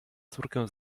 córkę